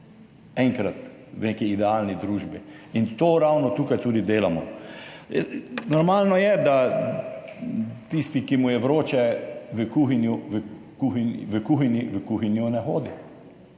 enkrat v neki idealni družbi, in to ravno tukaj tudi delamo. Normalno je, da tisti, ki mu je vroče, v kuhinjo ne hodi.